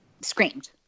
screamed